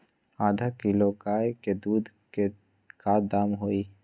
आधा किलो गाय के दूध के का दाम होई?